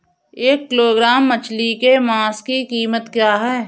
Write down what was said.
एक किलोग्राम मछली के मांस की कीमत क्या है?